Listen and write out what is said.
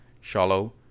Shallow